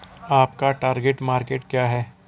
आपका target market क्या है?